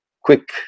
quick